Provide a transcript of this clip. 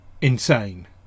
insane